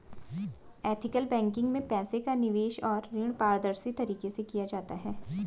ethical banking में पैसे का निवेश और ऋण पारदर्शी तरीके से किया जाता है